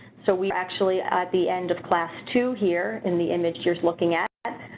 so we actually at the end of class to here, in the image yours looking at,